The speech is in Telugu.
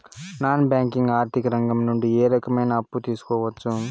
నాన్ బ్యాంకింగ్ ఆర్థిక రంగం నుండి ఏ రకమైన అప్పు తీసుకోవచ్చు?